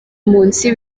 munsi